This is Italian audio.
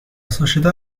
società